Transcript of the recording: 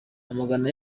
amagana